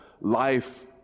life